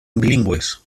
bilingües